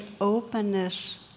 openness